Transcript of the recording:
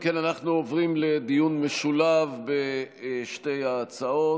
אם כן, אנחנו עוברים לדיון משולב בשתי ההצעות.